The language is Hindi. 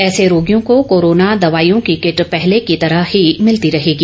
ऐसे रोगियों को कोरोना दवाईयों की किट पहले की तरह ही मिलती रहेगी